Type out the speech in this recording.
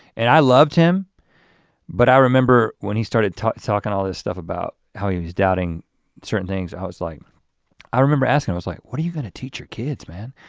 and i loved him but i remember when he started talking all this stuff about how he was doubting certain things i was like i remember asking i was like what are you gonna teach your kids, man?